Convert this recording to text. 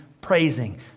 praising